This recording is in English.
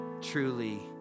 truly